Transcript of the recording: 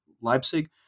Leipzig